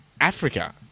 Africa